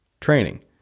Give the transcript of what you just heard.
training